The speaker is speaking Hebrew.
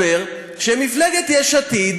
המשפטים הטילה קנס על סך 40,000 שקלים על מפלגת יש עתיד